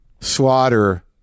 slaughter